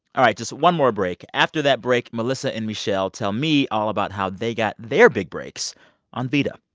all right, just one more break. after that break, melissa and mishel tell me all about how they got their big breaks on vida.